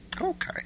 Okay